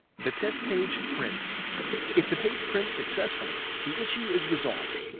the test page prints if the page prints successfully, the issue is resolved.